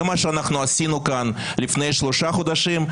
זה מה שעשינו כאן לפני שלושה חודשים,